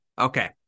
Okay